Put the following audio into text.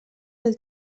del